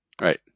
Right